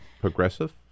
progressive